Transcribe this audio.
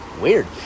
Weird